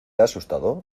asustado